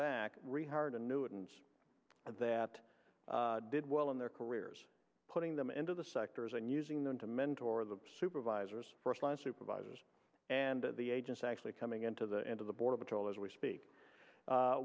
annuitants that did well in their careers putting them into the sectors and using them to mentor the supervisors first line supervisors and the agents actually coming into the end of the border patrol as we speak